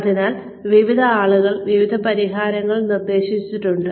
അതിനാൽ വിവിധ ആളുകൾ ചില പരിഹാരങ്ങൾ നിർദ്ദേശിച്ചിട്ടുണ്ട്